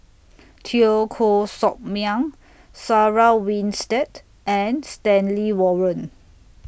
Teo Koh Sock Miang Sarah Winstedt and Stanley Warren